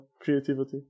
creativity